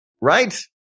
right